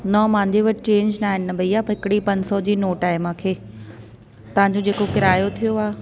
न मुंहिंजे वटि चेंज न आहिनि न भईया त हिकिड़ी पंज सौ जी नोट आहे मूंखे तव्हांजो जेको किरायो थियो आहे